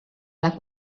alla